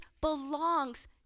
belongs